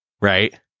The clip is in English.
right